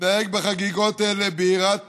להתנהג בחגיגות האלה ביראת